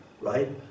right